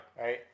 Right